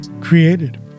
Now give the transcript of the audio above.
created